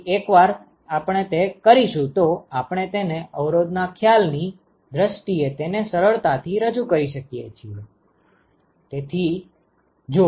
તેથી એકવાર આપણે તે કરીશું તો આપણે તેને અવરોધ ના ખ્યાલ ની દ્રષ્ટિએ તેને સરળતાથી રજૂ કરી શકીએ છીએ